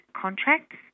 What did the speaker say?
contracts